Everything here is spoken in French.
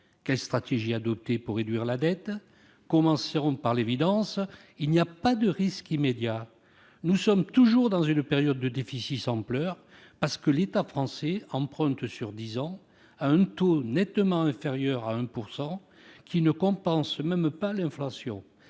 Quelles stratégies adopter pour réduire la dette ? Commençons par l'évidence : il n'y a pas de risque immédiat. Nous sommes toujours dans une période de déficits sans pleurs parce que l'État français emprunte sur dix ans à un taux nettement inférieur à 1 %, qui ne compense même pas l'inflation.